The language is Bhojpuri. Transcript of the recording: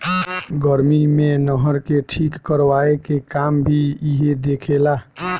गर्मी मे नहर के ठीक करवाए के काम भी इहे देखे ला